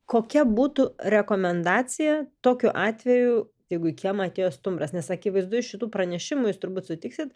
kokia būtų rekomendacija tokiu atveju jeigu į kiemą atėjo stumbras nes akivaizdu iš šitų pranešimų jūs turbūt sutiksit